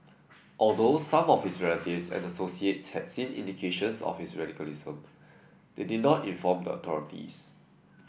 although some of his relatives and associates had seen indications of his radicalism they did not inform the authorities